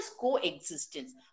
coexistence